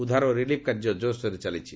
ଉଦ୍ଧାର ଓ ରିଲିଫ୍ କାର୍ଯ୍ୟ କୋର୍ସୋର୍ରେ ଚାଲିଛି